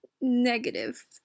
negative